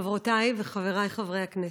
חברותיי וחבריי חברי הכנסת,